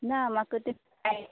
ना म्हाका ते फाय